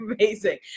amazing